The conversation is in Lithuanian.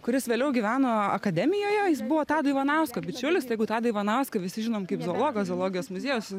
kuris vėliau gyveno akademijoje jis buvo tado ivanausko bičiulis jeigu tadą ivanauską visi žinom kaip zoologą zoologijos muziejaus